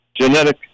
genetic